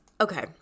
Okay